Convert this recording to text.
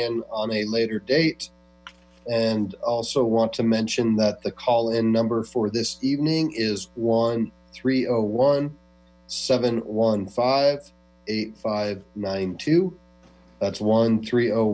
in on a later date and also want to mention that the call in number for this evening is one three zero one seven one five eight five nine two that's one three